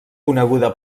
coneguda